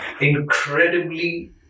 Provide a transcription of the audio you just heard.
incredibly